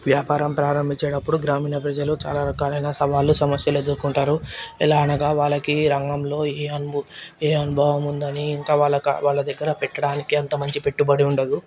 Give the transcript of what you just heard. వ్యాపారాలు ప్రారంభించేటప్పుడు గ్రామీణ ప్రజలు చాలా రకాలైన సవాళ్లు సమస్యలెదుర్కుంటారు ఎలా అనగా వాళ్ళకి ఈ రంగంలో ఏ అను అనుభవం ఉందని ఇంకా వాళ్ళకు వాళ్ళ దగ్గర పెట్టడానికి ఇంకా అంత మంచి పెట్టుబడి ఉండదు